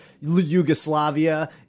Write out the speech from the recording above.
Yugoslavia